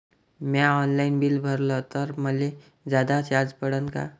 म्या online bill भरलं तर मले जादा चार्ज पडन का?